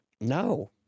No